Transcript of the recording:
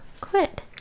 Quit